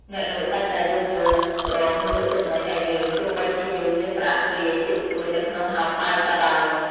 អ្នកលក់តែងតែយោគយល់និងព្រមលក់ទំនិញឱ្យយើងទោះបីជាយើងមានប្រាក់រាយតិចតួចនៅក្នុងហោប៉ៅក៏ដោយ។